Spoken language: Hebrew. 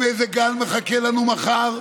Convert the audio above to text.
והחבר'ה האלה נמצאים במשבר נפשי.